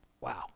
Wow